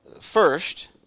First